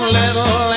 little